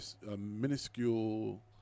minuscule